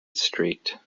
streaked